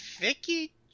Vicky